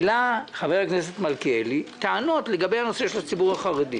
העלה חבר הכנסת מלכיאלי טענות לגבי הנושא של הציבור החרדי.